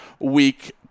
week